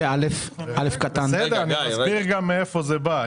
אני אסביר מאיפה זה בא.